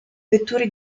vetture